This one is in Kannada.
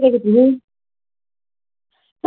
ಇಲ್ಲ ಭಾಳ ತೊಗೊಂಡ್ರೆ ಮತ್ತು ಕಡ್ಮೆ ಮಾಡ್ತೀವಿ ಅದರಾಗ